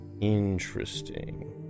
Interesting